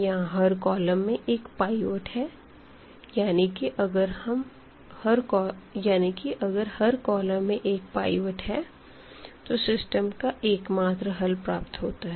यहां हर कॉलम में एक पाइवट है यानी कि अगर हर कॉलम में एक पाइवट है तो सिस्टम का एकमात्र हल प्राप्त होता है